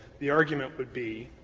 the argument would be